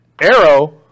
Arrow